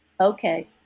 Okay